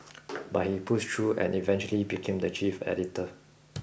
but he pushed through and eventually became the chief editor